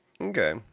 Okay